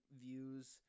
views